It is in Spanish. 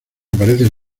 aparecen